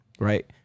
Right